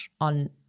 on